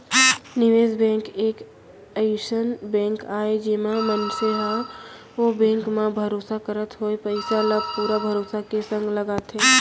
निवेस बेंक एक अइसन बेंक आय जेमा मनसे मन ह ओ बेंक म भरोसा करत होय पइसा ल पुरा भरोसा के संग लगाथे